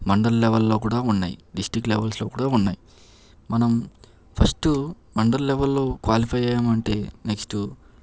mandal level లో కూడా ఉన్నాయి డిస్టిక్ లెవెల్స్ లో కూడా ఉన్నాయి మనం ఫస్ట్ మండల్ లెవెల్ లో క్వాలిఫై అయ్యామంటే నెక్స్ట్